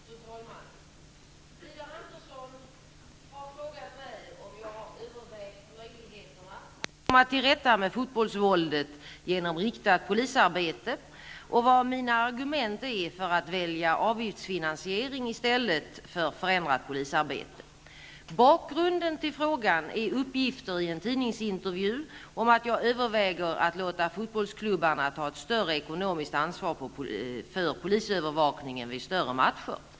Fru talman! Widar Andersson har frågat mig om jag har övervägt möjligheterna att komma till rätta med fotbollsvåldet genom riktat polisarbete och vilka mina argument är för att välja avgiftsfinansiering i stället för förändrat polisarbete. Bakgrunden till frågan är uppgifter i en tidningsintervju om att jag överväger att låta fotbollsklubbarna ta ett större ekonomiskt ansvar för polisövervakningen vid större matcher.